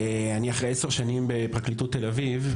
אחרי עשר שנים בפרקליטות תל אביב,